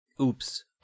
oops